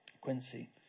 Quincy